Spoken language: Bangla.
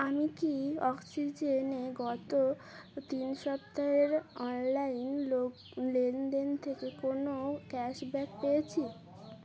আমি কি অক্সিজেনে গত তিন সপ্তাহের অনলাইন লো লেনদেন থেকে কোনও ক্যাশব্যাক পেয়েছি